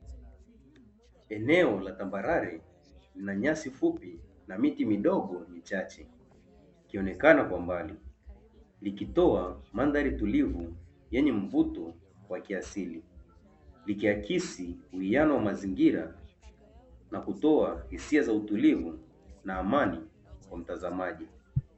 Eneo la tambarare na nyasi fupi na miti midogo michache ikionekana kwa mbali, likitoa mandhari tulivu yenye mvuto wa kiasili, likiakisi uwiano wa mazingira na kutoa hisia za utulivu na amani kwa mtazamaji.